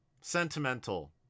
sentimental